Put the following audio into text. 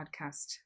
podcast